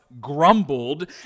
grumbled